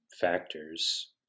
factors